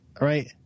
right